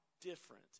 different